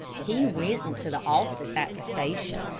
he went into the office at the station,